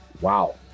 Wow